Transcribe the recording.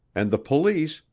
and the police,